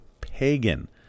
pagan